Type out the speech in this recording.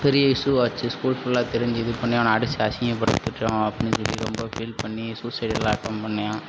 பெரிய இஸ்யூ ஆச்சு ஸ்கூல் ஃபுல்லாக தெரிஞ்சு இது பண்ணி அவனை அடித்து அசிங்கப்படுத்திவிட்டோம் அப்படின்னு சொல்லி ரொம்ப ஃபீல் பண்ணி சூசைட் எல்லாம் அட்டென் பண்ணான்